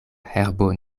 herbo